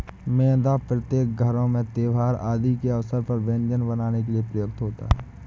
मैदा प्रत्येक घरों में त्योहार आदि के अवसर पर व्यंजन बनाने के लिए प्रयुक्त होता है